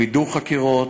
מידור חקירות,